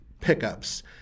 Pickups